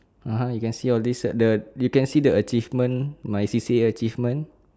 (uh huh) you can see all this cert the you can see the achievement my C_C_A achievement